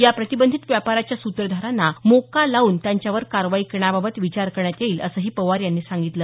या प्रतिबंधित व्यापाराच्या सूत्रधारांना मोका लावून त्यांच्यावर कारवाई करण्याबाबत विचार करण्यात येईल असंही पवार यांनी सांगितलं